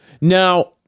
now